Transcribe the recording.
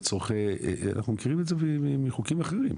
אנחנו מכירים את זה מחוקים אחרים.